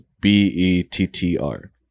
b-e-t-t-r